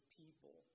people